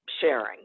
sharing